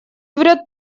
врёт